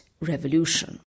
revolution